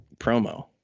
promo